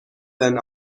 than